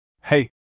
Hey